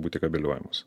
būti kabiliuojamos